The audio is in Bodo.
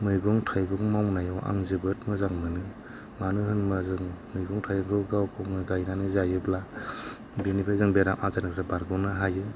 मैगं थायगं मावनायाव आं जोबोद मोजां मोनो मानो होनोबा जों मैगं थाइगं गाव गावनो गायनानै जायोब्ला बेनिफ्राय जों बेमार आजारनिफ्राय बारग'नो हायो